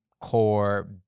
core